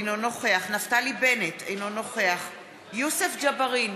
אינו נוכח נפתלי בנט, אינו נוכח יוסף ג'בארין,